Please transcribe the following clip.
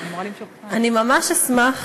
אני ממש אשמח,